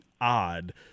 odd